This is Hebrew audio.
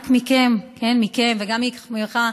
רק מכם,